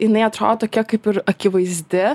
jinai atrodo tokia kaip ir akivaizdi